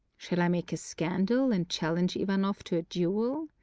shall i make a scandal, and challenge ivanoff to a duel?